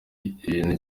ikintu